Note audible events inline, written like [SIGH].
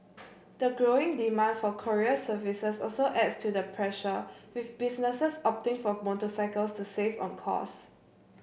[NOISE] the growing demand for courier services also adds to the pressure with businesses opting for motorcycles to save on costs